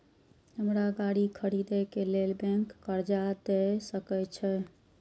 हमरा गाड़ी खरदे के लेल बैंक कर्जा देय सके छे?